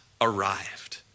arrived